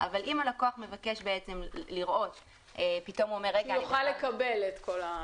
אלא רק לקבוע --- לקבוע שהוא יוכל לקבל את כל המידע.